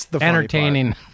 entertaining